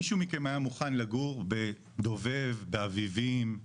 מישהו מכם היה מוכן לגור בדובב, באביבים,